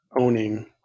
owning